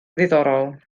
ddiddorol